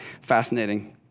fascinating